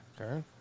Okay